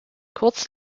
kurz